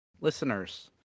listeners